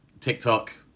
TikTok